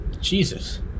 Jesus